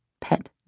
pet